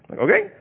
Okay